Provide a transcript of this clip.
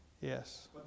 yes